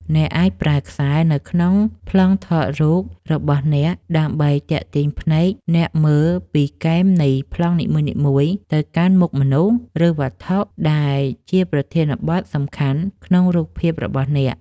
អ្នកអាចប្រើប្រាស់ខ្សែនៅក្នុងប្លង់ថតរូបរបស់អ្នក ដើម្បីទាក់ទាញភ្នែកអ្នកមើលពីគែមនៃប្លង់នីមួយៗទៅកាន់មុខមនុស្ស ឬវត្ថុដែលជាប្រធានបទសំខាន់ក្នុងរូបភាពរបស់អ្នក។